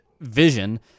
vision